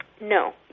No